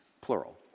plural